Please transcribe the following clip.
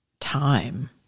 time